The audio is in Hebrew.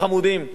גם לבי